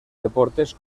deportes